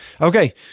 Okay